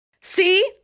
See